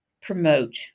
promote